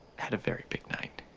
had a very big night